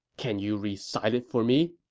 can you recite it for me?